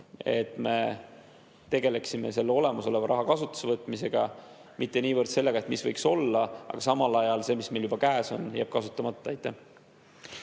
et me tegeleksime olemasoleva raha kasutusele võtmisega, mitte niivõrd sellega, mis võiks olla, kui samal ajal see, mis meil juba käes on, jääb kasutamata. Aitäh!